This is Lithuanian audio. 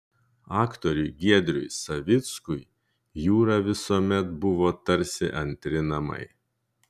aktoriui giedriui savickui jūra visuomet buvo tarsi antri namai